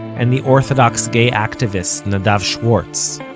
and the orthodox gay activist nadav schwartz.